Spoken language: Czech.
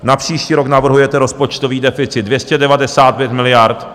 Na příští rok navrhujete rozpočtový deficit 295 miliard.